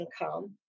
income